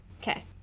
Okay